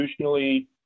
institutionally